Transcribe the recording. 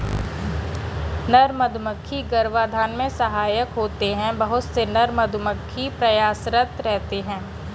नर मधुमक्खी गर्भाधान में सहायक होते हैं बहुत से नर मधुमक्खी प्रयासरत रहते हैं